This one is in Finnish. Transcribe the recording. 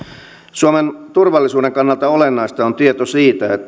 suomen turvallisuuden kannalta olennaista on tieto siitä että